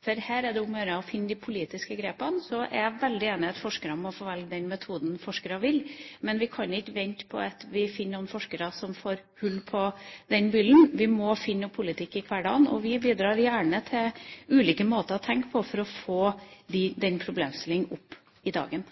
Her er det om å gjøre å finne de politiske grepene. Så er jeg veldig enig i at forskerne må få velge den metoden forskerne vil, men vi kan ikke vente på at vi skal finne noen forskere som får hull på den byllen. Vi må finne en politikk i hverdagen, og vi bidrar gjerne til ulike måter å tenke på for å få den problemstillingen opp i dagen.